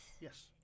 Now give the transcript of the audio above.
Yes